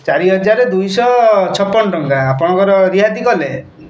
ଚାରିହଜାର ଦୁଇଶହ ଛପନ ଟଙ୍କା ଆପଣଙ୍କର ରିହାତି କଲେ